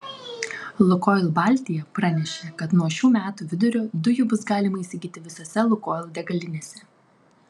lukoil baltija pranešė kad nuo šių metų vidurio dujų bus galima įsigyti visose lukoil degalinėse